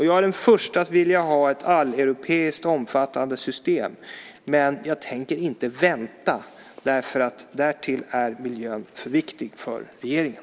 Jag är den förste att vilja ha ett alleuropeiskt omfattande system, men jag tänker inte vänta, därför att därtill är miljön för viktig för regeringen.